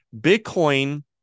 Bitcoin